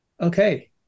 Okay